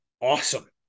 awesome